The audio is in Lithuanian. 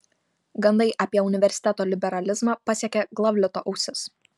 gandai apie universiteto liberalizmą pasiekė glavlito ausis